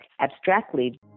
abstractly